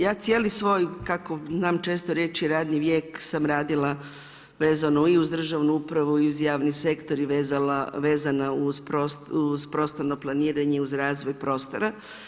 Ja cijeli svoj, kako znam često reći radni vijek sam radila vezano i uz državnu upravu i uz javni sektor i vezana uz prostorno planiranje i uz razvoj prostora.